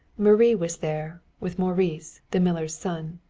marie was there, with maurice, the miller's son.